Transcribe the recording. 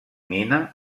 mina